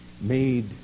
made